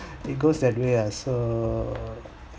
it goes that way ah so